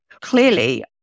Clearly